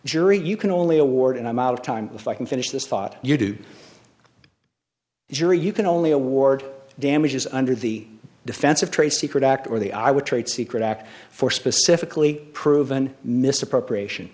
jury you can only award and i'm out of time if i can finish this thought you do jury you can only award damages under the defense of trade secret act or the i would trade secret act for specifically proven misappropriation